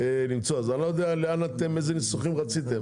אני לא מבין איזה ניסוחים אתם רציתם,